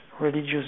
religious